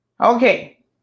Okay